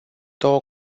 două